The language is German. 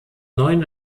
neuen